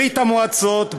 ברית-המועצות,